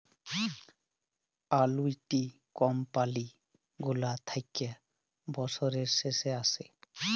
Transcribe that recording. আলুইটি company গুলা থ্যাকে বসরের শেষে আসে